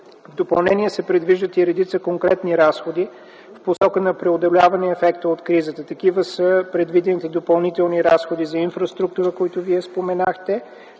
В допълнение се предвиждат и редица конкретни разходи в посока на преодоляване ефекта от кризата. Такива са предвидените допълнителни разходи за инфраструктура, които Вие споменахте.